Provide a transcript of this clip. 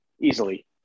easily